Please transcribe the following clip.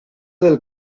del